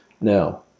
Now